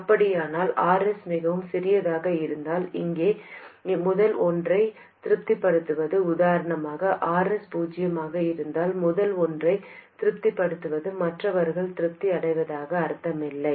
அப்படியானால் Rs மிகவும் சிறியதாக இருந்தால் இங்கே முதல் ஒன்றைத் திருப்திப்படுத்துவது உதாரணமாக Rs பூஜ்ஜியமாக இருந்தால் முதல் ஒன்றைத் திருப்திப்படுத்துவது மற்றவர்கள் திருப்தி அடைவதாக அர்த்தமல்ல